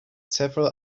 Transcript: several